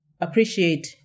appreciate